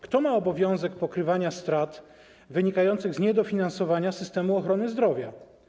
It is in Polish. Kto ma obowiązek pokrywania strat wynikających z niedofinansowania systemu ochrony zdrowia?